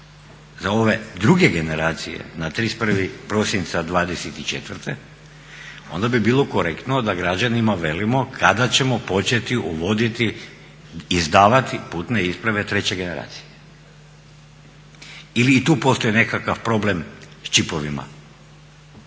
za ove druge generacije na 31. prosinca '24. onda bi bilo korektno da građanima velimo kada ćemo početi izdavati putne isprave treće generacije ili i tu postoji nekakav problem s čipovima.